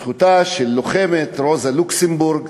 בזכותה של לוחמת, רוזה לוקסמבורג,